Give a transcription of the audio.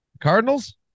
Cardinals